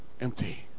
empty